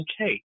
okay